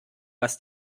was